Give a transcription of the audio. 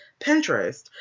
Pinterest